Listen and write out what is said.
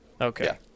Okay